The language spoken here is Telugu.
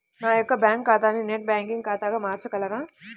నా యొక్క బ్యాంకు ఖాతాని నెట్ బ్యాంకింగ్ ఖాతాగా మార్చగలరా?